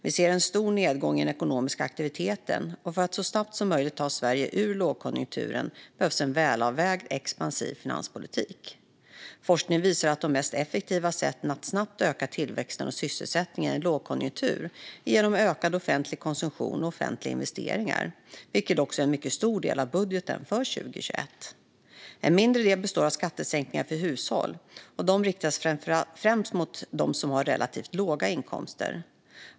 Vi ser en stor nedgång i den ekonomiska aktiviteten, och för att så snabbt som möjligt ta Sverige ur lågkonjunkturen behövs en välavvägd expansiv finanspolitik. Forskning visar att de mest effektiva sätten att snabbt öka tillväxten och sysselsättningen i en lågkonjunktur är genom ökad offentlig konsumtion och offentliga investeringar, vilket också är en mycket stor del av budgeten för 2021. En mindre del består av skattesänkningar för hushåll, och dessa riktas främst mot dem som har relativt låga inkomster.